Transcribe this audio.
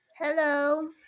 Hello